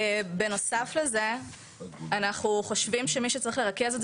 בנוסף לזה אנחנו חושבים שמי שצריך לרכז את